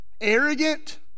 arrogant